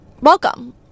welcome